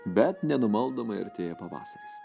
bet nenumaldomai artėja pavasaris